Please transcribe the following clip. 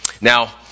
Now